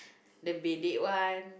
the bedek one